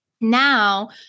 Now